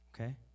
okay